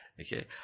Okay